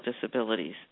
disabilities